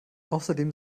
außerdem